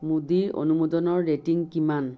মোদীৰ অনুমোদনৰ ৰেটিং কিমান